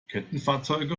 kettenfahrzeuge